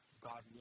God